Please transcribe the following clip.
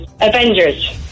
Avengers